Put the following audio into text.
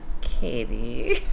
Katie